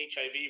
HIV